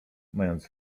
mając